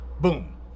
Boom